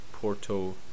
Porto